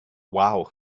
wow